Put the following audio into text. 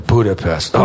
Budapest